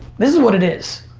this is what it is.